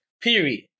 period